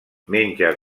menja